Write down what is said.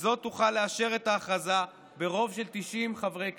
וזאת תוכל לאשר את ההכרזה ברוב של 90 חברי כנסת.